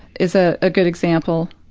is a ah good example,